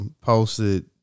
posted